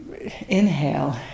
inhale